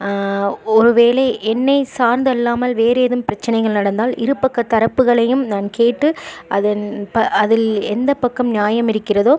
ஒரு வேளை என்னை சார்ந்து இல்லாமல் வேறேதும் பிரச்சனைகள் நடந்தால் இரு பக்கத்தரப்புகளையும் நான் கேட்டு அதன் ப அதில் எந்த பக்கம் நியாயம் இருக்கிறதோ